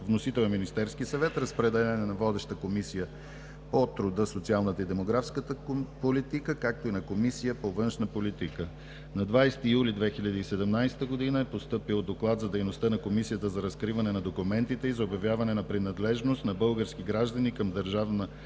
Вносител е Министерският съвет. Разпределен е на водеща Комисия по труда, социалната и демографската политика, както и на Комисия по външна политика. На 20 юли 2017 г. е постъпил Доклад за дейността на Комисията за разкриване на документите и за обявяване на принадлежност на български граждани към Държавна